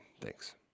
Thanks